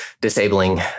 disabling